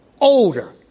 older